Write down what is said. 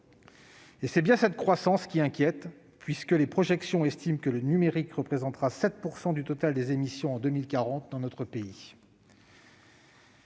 an. C'est bien cette croissance qui inquiète puisque, selon les projections, le numérique représentera 7 % du total des émissions en 2040 dans notre pays.